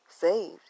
saved